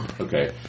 Okay